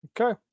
Okay